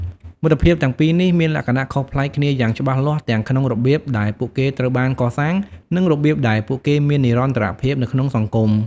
មិត្តភាពទាំងពីរនេះមានលក្ខណៈខុសប្លែកគ្នាយ៉ាងច្បាស់លាស់ទាំងក្នុងរបៀបដែលពួកគេត្រូវបានកសាង និងរបៀបដែលពួកគេមាននិរន្តរភាពនៅក្នុងសង្គម។